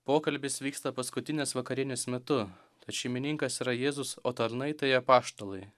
pokalbis vyksta paskutinės vakarienės metu tad šeimininkas yra jėzus o tarnai tai apaštalai